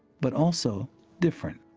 but also different.